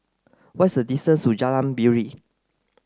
what's the distance to Jalan Piring